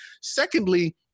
Secondly